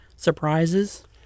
surprises